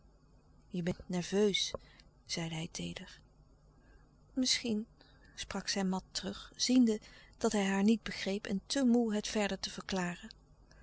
je bent nerveus zeide hij teeder misschien sprak zij mat terug ziende dat hij haar niet begreep en te moê het verder te verklaren